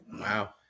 wow